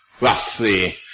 roughly